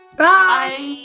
Bye